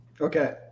Okay